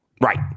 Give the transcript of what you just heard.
Right